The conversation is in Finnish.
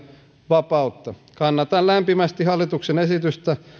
vapautta kannatan lämpimästi hallituksen esitystä